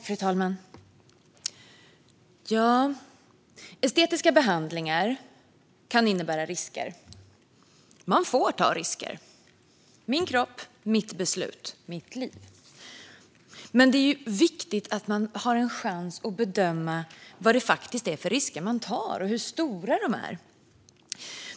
Fru talman! Estetiska behandlingar kan innebära risker. Man får ta risker. Det är min kropp, mitt beslut och mitt liv. Men det är viktigt att man har en chans att bedöma vad det är för risker man tar och hur stora de är.